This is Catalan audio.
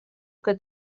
que